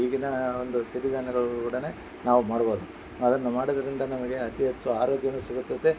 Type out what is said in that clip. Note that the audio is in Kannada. ಈಗಿನ ಒಂದು ಸಿರಿಧಾನ್ಯಗಳೊಡನೆ ನಾವು ಮಾಡಬೋದು ಅದನ್ನು ಮಾಡೋದ್ರಿಂದ ನಮಗೆ ಅತಿ ಹೆಚ್ಚು ಆರೋಗ್ಯವೂ ಸಿಗುತ್ತದೆ